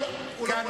חבר הכנסת חסון,